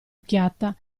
occhiata